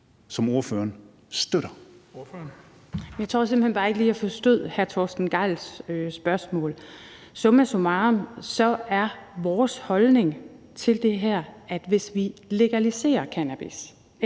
Bager (KF): Jeg tror simpelt hen bare ikke lige, jeg forstod hr. Torsten Gejls spørgsmål. Summa summarum er vores holdning til det her, at hvis vi legaliserer cannabis